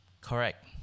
correct